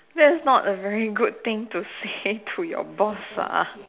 that's not a very good thing to say to your boss lah